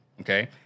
okay